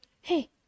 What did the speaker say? hey